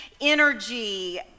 energy